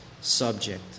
subject